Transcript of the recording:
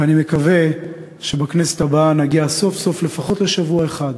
ואני מקווה שבכנסת הבאה נגיע סוף-סוף לפחות לשבוע אחד,